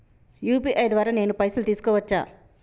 UPI ద్వారా నేను పైసలు తీసుకోవచ్చా?